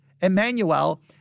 Emmanuel